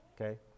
okay